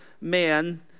man